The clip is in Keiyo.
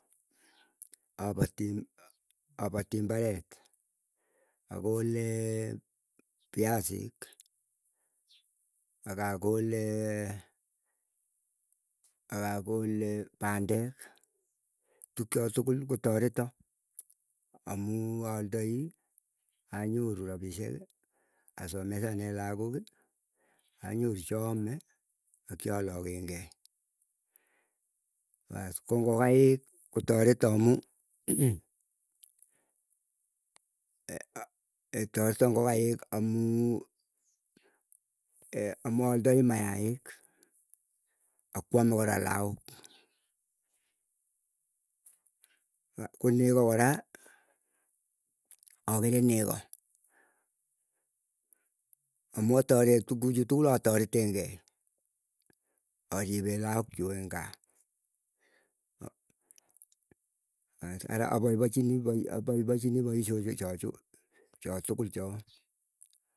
Apaatii apatii imbaret, akolee piasik, akakole akakole pandek. Tukcho tugul kotoreta, amuu aldai anyoru rapishiekii asomesanee lagooki anyoru chaame ak chalagen gei. Paas ko ngokaik kotoreta amuu, tareta ngokaik amuu amuu aldai mayaik. Akwame kora lagok ko nego kora akere nego. Amuu atere tuguchu tukul ataretenkei aripee laak chuu eng gaa. As ara apaipachini poi apaipochini poisyoshe chachuu, chatugul choo.